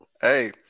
Hey